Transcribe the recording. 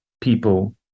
people